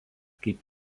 kaip